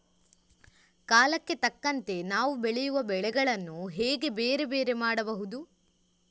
ಕಾಲಕ್ಕೆ ತಕ್ಕಂತೆ ನಾವು ಬೆಳೆಯುವ ಬೆಳೆಗಳನ್ನು ಹೇಗೆ ಬೇರೆ ಬೇರೆ ಮಾಡಬಹುದು?